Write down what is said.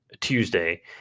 tuesday